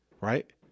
right